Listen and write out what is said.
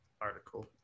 article